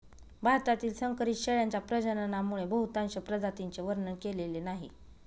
भारतातील संकरित शेळ्यांच्या प्रजननामुळे बहुतांश प्रजातींचे वर्णन केलेले नाही